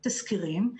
תסקירים.